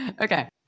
Okay